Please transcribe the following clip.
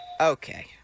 Okay